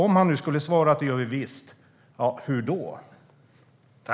Om ministern svarar att regeringen visst gör det; hur då?